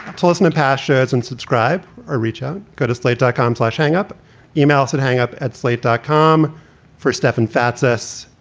to listen to passions and subscribe or reach out, go to slate dot com, slash hang up emails and hang up at slate dot com for stefan fatsis.